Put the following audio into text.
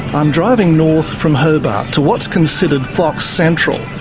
i'm driving north from hobart to what's considered fox central,